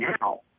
now